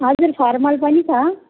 हजुर फर्मल पनि छ